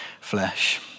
flesh